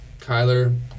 Kyler